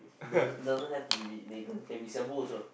doesn't doesn't have to be Megan okay we siam bu also